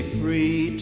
free